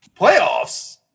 Playoffs